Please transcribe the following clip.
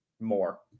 more